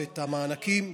את המענקים,